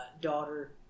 daughter